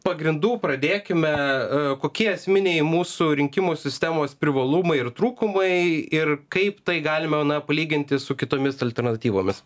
pagrindų pradėkime kokie esminiai mūsų rinkimų sistemos privalumai ir trūkumai ir kaip tai galima palyginti su kitomis alternatyvomis